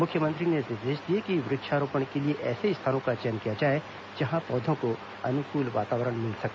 मुख्यमंत्री ने निर्देश दिए कि वृक्षारोपण के लिए ऐसे स्थानों का चयन किया जाए जहां पौधों को अनुकूल वातावरण मिल सके